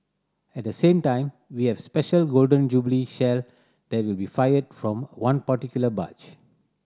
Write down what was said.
at the same time we have special Golden Jubilee Shell that will be fired from one particular barge